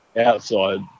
outside